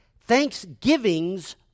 thanksgivings